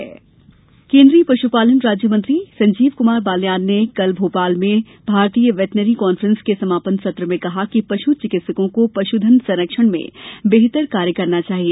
वेनेटरी conference केन्द्रीय पशुपालन राज्य मंत्री संजीव कुमार बाल्यान ने कल भोपाल में भारतीय वेटेनरी कॉन्फ्रेंस के समापन सत्र में कहा कि पश चिकित्सकों को पशधन संरक्षण में बेहतर कार्य करना चाहिए